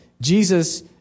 Jesus